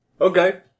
Okay